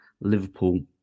Liverpool